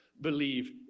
believe